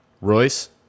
royce